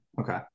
Okay